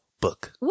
book